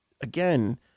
again